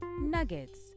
nuggets